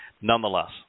nonetheless